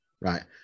right